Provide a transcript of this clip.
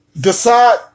decide